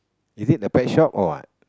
is it a pet shop or what